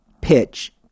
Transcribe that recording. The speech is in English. pitch